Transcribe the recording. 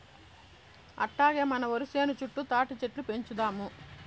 అట్టాగే మన ఒరి సేను చుట్టూ తాటిచెట్లు పెంచుదాము